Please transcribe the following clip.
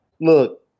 Look